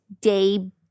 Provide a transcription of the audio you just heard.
day